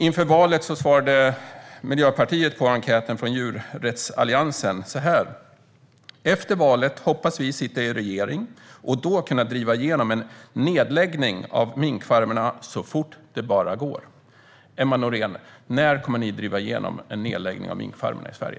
Inför valet svarade Miljöpartiet på en enkät från Djurrättsalliansen på följande sätt: Efter valet hoppas vi sitta i en regering och då kunna driva igenom en nedläggning av minkfarmerna så fort det bara går. Emma Nohrén! När kommer ni att driva igenom en nedläggning av minkfarmerna i Sverige?